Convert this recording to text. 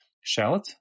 shallot